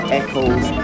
echoes